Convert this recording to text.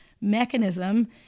mechanism